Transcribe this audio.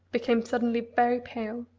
became suddenly very pale.